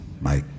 Mike